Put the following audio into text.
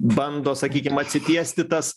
bando sakykim atsitiesti tas